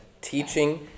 teaching